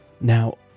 Now